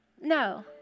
No